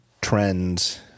trends